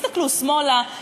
הסתכלו שמאלה,